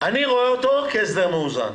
אני רואה את ההסדר כהסדר מאוזן,